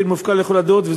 מחיר מופקע לכל הדעות.